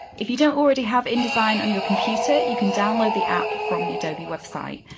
if you don't already have indesign on your computer, you can download the app from the adobe website.